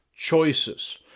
choices